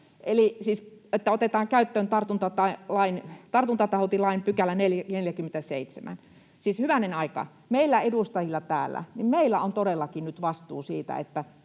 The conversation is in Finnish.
eli siis että otetaan käyttöön tartuntatautilain 47 §. Siis hyvänen aika, meillä edustajilla täällä on todellakin nyt vastuu siitä, että